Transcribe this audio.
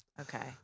Okay